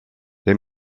they